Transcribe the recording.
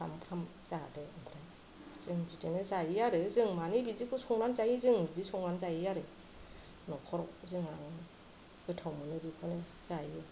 फ्राम फ्राम जादो ओमफ्राय जों बिदिनो जायो आरो जों माने बिदिखौ संनानै जायो जों बिदि संनानै जायो आरो न'खराव जोंहा गोथाव मोनो बेखौनो जायो